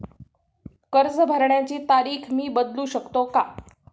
कर्ज भरण्याची तारीख मी बदलू शकतो का?